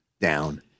Down